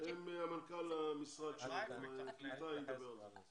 מנכ"ל הקליטה ידבר על זה.